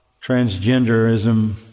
transgenderism